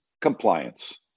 compliance